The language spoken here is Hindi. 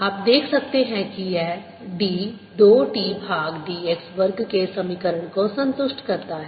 आप देख सकते हैं कि यह d 2 t भाग dx वर्ग के समीकरण को संतुष्ट करता है